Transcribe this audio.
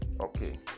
Okay